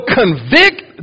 convict